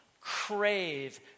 crave